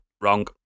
wrong